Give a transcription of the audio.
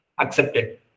accepted